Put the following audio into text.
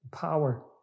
power